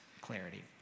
clarity